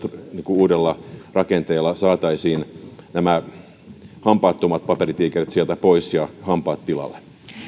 uudella rakenteella saataisiin nämä hampaattomat paperitiikerit sieltä pois ja hampaat tilalle